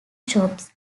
shops